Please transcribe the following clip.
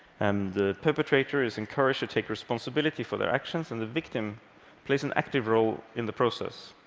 and the perpetrator is encouraged to take responsibility for their actions, and the victim plays an active role in the process.